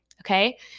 okay